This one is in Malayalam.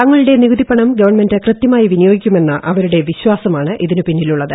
തങ്ങളുടെ നികുതി പണം ഗവൺമെന്റ് കൃത്യമായി വിനിയോഗിക്കുമെന്ന അവരുടെ വിശ്വാസമാണ് ഇതിന് പിന്നിലുള്ളത്